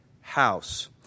house